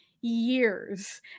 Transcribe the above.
years